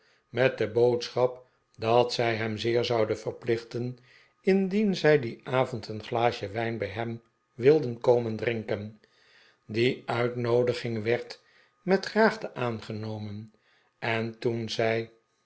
met de boodschap dat zij hem zeer zouden vefplichten indien zij dien avond een glaasje wijn bij hem wilden komen drinken die uitnoodiging werd met graagte aangenomen en toen zij